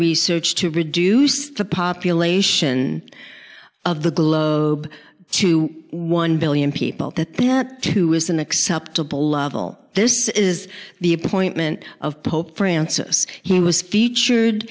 research to reduce the population of the globe to one billion people that that was an acceptable level this is the appointment of pope francis he was featured